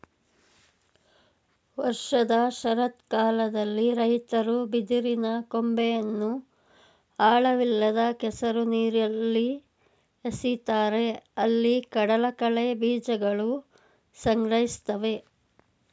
ವರ್ಷದ ಶರತ್ಕಾಲದಲ್ಲಿ ರೈತರು ಬಿದಿರಿನ ಕೊಂಬೆಯನ್ನು ಆಳವಿಲ್ಲದ ಕೆಸರು ನೀರಲ್ಲಿ ಎಸಿತಾರೆ ಅಲ್ಲಿ ಕಡಲಕಳೆ ಬೀಜಕಗಳು ಸಂಗ್ರಹಿಸ್ತವೆ